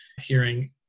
hearing